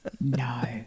No